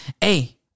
Hey